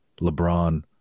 LeBron